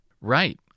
Right